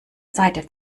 seite